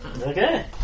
Okay